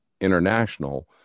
international